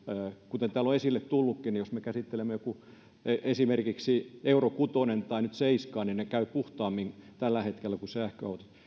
kuten täällä on esille tullutkin jos me käsittelemme esimerkiksi euro kutosta tai nyt seiskaa niin ne käyvät tällä hetkellä puhtaammin kuin sähköautot